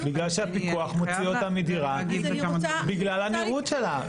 בגלל שהפיקוח מוציא אותה מדירה בגלל הנראות שלה,